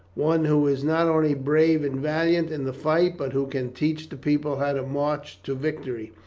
one who is not only brave and valiant in the fight, but who can teach the people how to march to victory,